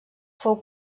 fou